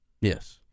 Yes